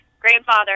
grandfather